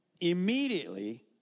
immediately